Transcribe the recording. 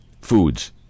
foods